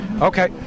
Okay